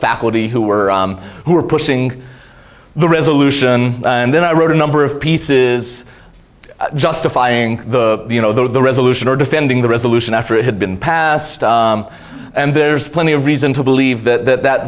faculty who were who were pushing the resolution and then i wrote a number of pieces justifying the you know the resolution or defending the resolution after it had been passed and there's plenty of reason to believe that that